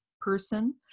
person